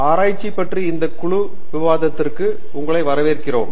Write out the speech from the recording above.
ஆராய்ச்சி பற்றி இந்த குழு விவாதத்திற்கு உங்களை வரவேற்றோம்